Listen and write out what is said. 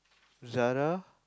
Zara